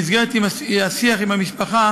חלופות במסגרת השיח עם המשפחה.